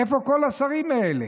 איפה כל השרים האלה?